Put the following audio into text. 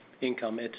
income